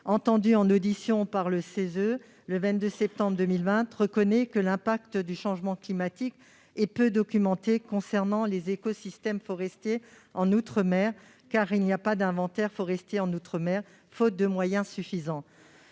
et environnemental) le 22 septembre 2020, reconnaissait que l'impact du changement climatique est peu documenté concernant les écosystèmes forestiers en outre-mer, car il n'y a pas d'inventaire forestier en outre-mer, faute de moyens suffisants.